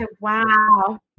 Wow